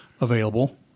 available